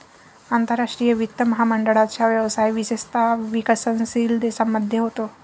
आंतरराष्ट्रीय वित्त महामंडळाचा व्यवसाय विशेषतः विकसनशील देशांमध्ये होतो